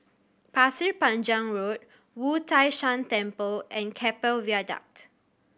Pasir Panjang Road Wu Tai Shan Temple and Keppel Viaduct